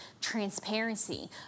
transparency